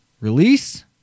release